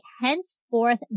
henceforth